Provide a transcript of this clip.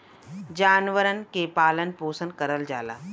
जानवरन के पालन पोसन करल जाला